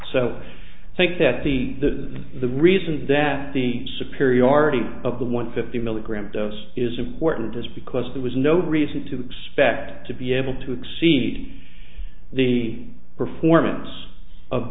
so i think that the the the reason that the superiority of the one fifty milligram dose is important is because there was no reason to expect to be able to exceed the performance of